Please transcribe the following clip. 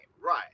right